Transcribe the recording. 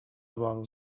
vol